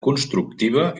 constructiva